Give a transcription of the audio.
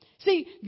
See